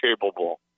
capable